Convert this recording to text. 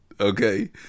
okay